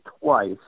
twice